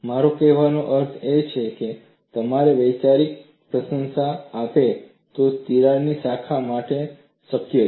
મારો કહેવાનો અર્થ છે કે તે તમને વૈચારિક પ્રશંસા આપે છે કે તિરાડ શાખા શા માટે શક્ય છે